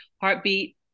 heartbeat